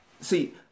see